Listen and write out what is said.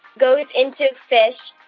goes into fish,